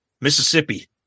Mississippi